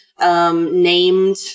Named